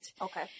Okay